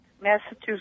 Massachusetts